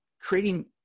creating